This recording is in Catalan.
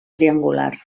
triangular